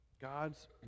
God's